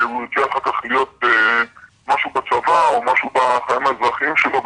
והוא ירצה אחר כך להיות משהו בצבא או משהו בחיים האזרחיים שלו,